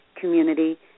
community